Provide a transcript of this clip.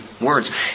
words